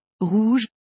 rouge